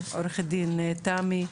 עורכת הדין תמי,